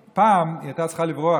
פעם היא הייתה צריכה לברוח,